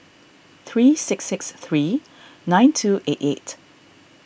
three six six three nine two eight eight